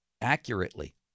accurately